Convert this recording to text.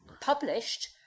published